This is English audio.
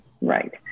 right